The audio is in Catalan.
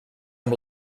amb